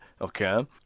okay